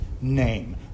name